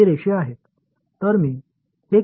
ते रेषीय आहेत